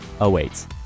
awaits